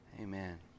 Amen